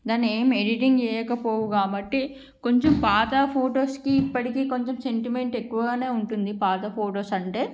దాన్ని ఏమి ఏడిటింగ్ చేయక పోవు కాబట్టి కొంచెం పాత ఫొటోస్కి ఇప్పటికి కొంచెం సెంటిమెంట్ ఎక్కువగానే ఉంటే పాత ఫొటోస్ అంటే